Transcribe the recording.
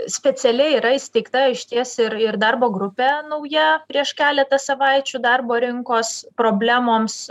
specialiai yra įsteigta išties ir ir darbo grupė nauja prieš keletą savaičių darbo rinkos problemoms